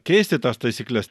keisti tas taisykles